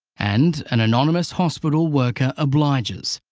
and an anonymous hospital worker obliges.